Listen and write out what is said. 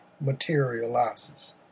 materializes